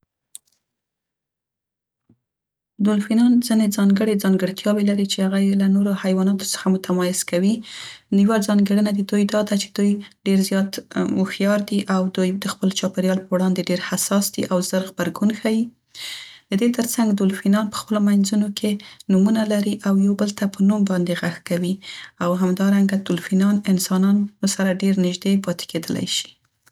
دولفینان ځینې ځانګړې ځانګړتیاوې لري چې هغه یې له نورو حیواناتو څخه متمایز کوي، یوه ځانګیړنه د دوی دا ده چې دوی ډير هوښیار دي او د خپل چاپیریال په وړاندې ډير حساس دي او زر غبرګون ښيي، د دې تر څنګ دولفینان په خپلو مینځو کې نومونه لري او یو بل ته په نوم باندې غږ کوي. او همدارنګه دولفینان انسانانو سره ډير نیږدې پاتې کیدلی شي.